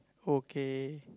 okay